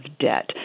debt